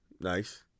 Nice